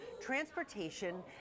transportation